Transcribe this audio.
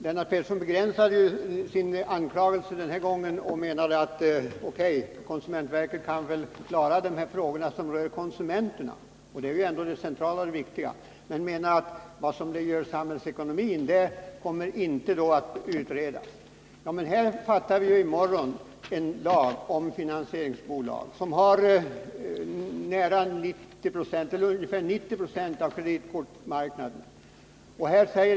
Lennart Pettersson medgav i sitt senaste anförande att konsumentverket kunde utreda de frågor som rörde konsumenterna. Det är ändå det centrala och viktiga. Han menade att de samhällsekonomiska aspekterna då inte skulle komma att utredas. Men i morgon fattar ju riksdagen beslut om en lag som rör finansieringsbolagen, som omfattar ungefär 90 26 av kreditkortsmarknaden.